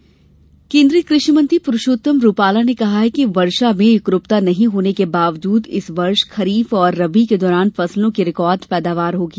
कृषि पैदावार केन्द्रीय कृषि मंत्री पुरषोत्तम रुपाला ने कहा है कि वर्षा में एकरुपता नहीं होने के बावजूद इस वर्ष खरीफ और रबी के दौरान फसलों की रिकार्ड पैदावार होगी